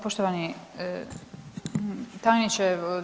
Poštovani tajniče.